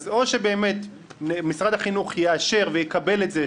אז או שבאמת משרד החינוך יאשר ויקבל את זה,